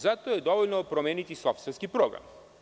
Zato je dovoljno promeniti softverski program.